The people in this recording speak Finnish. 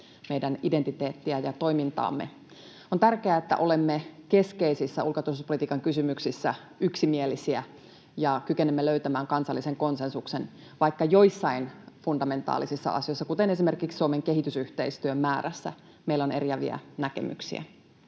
meidän identiteettiämme ja toimintaamme. On tärkeää, että olemme keskeisissä ulko- ja turvallisuuspolitiikan kysymyksissä yksimielisiä ja kykenemme löytämään kansallisen konsensuksen, vaikka joissain fundamentaalisissa asioissa, kuten esimerkiksi Suomen kehitysyhteistyön määrässä, meillä on eriäviä näkemyksiä.